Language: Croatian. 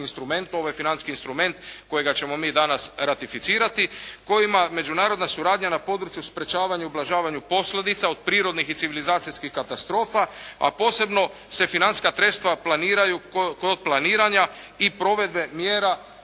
ovaj financijski instrument kojega ćemo mi danas ratificirati, kojima međunarodna suradnja na području sprečavanju i ublažavanju posljedica od prirodnih i civilizacijskih katastrofa, a posebno se financijska sredstva planiraju kod planiranja i provedbe mjera zaštite